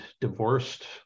divorced